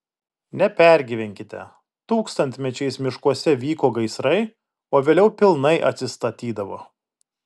nepergyvenkite tūkstantmečiais miškuose vyko gaisrai o vėliau pilnai atsistatydavo